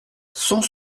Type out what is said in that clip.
cent